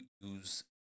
use